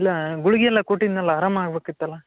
ಇಲ್ಲ ಗುಳ್ಗೆಯೆಲ್ಲ ಕೊಟ್ಟಿದ್ನಲ್ವ ಆರಾಮ ಆಗ್ಬೇಕಿತ್ತಲ್ವ